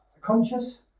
conscious